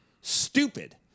stupid